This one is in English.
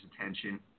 attention